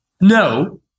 No